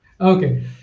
Okay